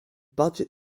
budget